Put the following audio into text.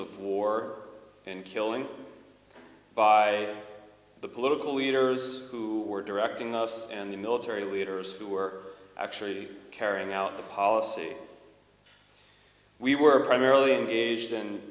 of war and killing by the political leaders who were directing us and the military leaders who were actually carrying out the policy we were primarily engaged